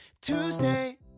Tuesday